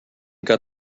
got